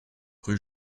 rue